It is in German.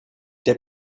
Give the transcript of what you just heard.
der